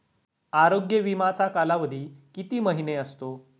आरोग्य विमाचा कालावधी किती महिने असतो?